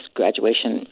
graduation